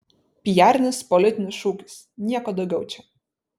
pijarinis politinis šūkis nieko daugiau čia